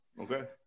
Okay